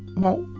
well,